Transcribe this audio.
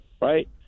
right